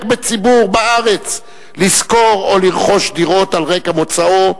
בציבור בארץ לשכור או לרכוש דירות על רקע מוצאו,